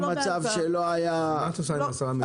מה את עושה עם ה-10 מיליון?